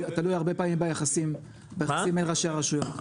זה תלוי הרבה פעמים ביחסים בין ראשי הרשויות.